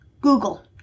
Google